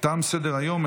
תם סדר-היום.